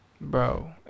bro